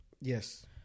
Yes